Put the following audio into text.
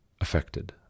affected